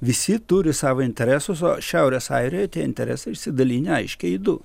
visi turi savo interesus o šiaurės airijoj tie interesai išsidalinę aiškiai į du